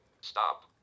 Stop